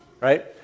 Right